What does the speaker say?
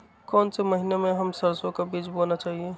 कौन से महीने में हम सरसो का बीज बोना चाहिए?